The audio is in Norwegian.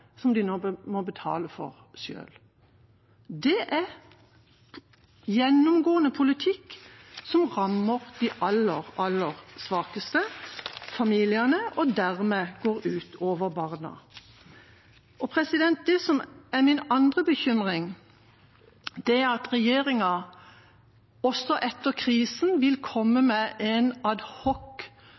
som de nå må betale for selv. Det er en gjennomgående politikk som rammer de aller, aller svakeste familiene og dermed går ut over barna. Det som er min andre bekymring, er at regjeringa også etter krisen vil komme med en